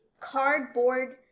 cardboard